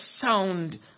sound